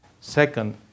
Second